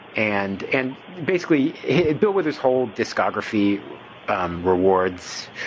and and basically bill with his whole discography rewards